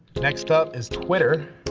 next up is twitter,